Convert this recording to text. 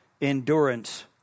endurance